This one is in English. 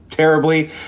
terribly